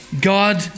God